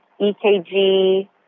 EKG